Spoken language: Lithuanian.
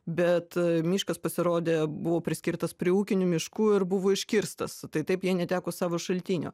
bet miškas pasirodė buvo priskirtas prie ūkinių miškų ir buvo iškirstas tai taip jie neteko savo šaltinio